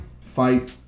Fight